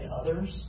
others